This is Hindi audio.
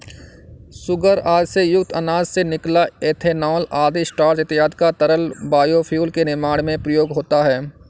सूगर आदि से युक्त अनाज से निकला इथेनॉल तथा स्टार्च इत्यादि का तरल बायोफ्यूल के निर्माण में प्रयोग होता है